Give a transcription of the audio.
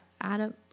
Adam